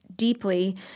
deeply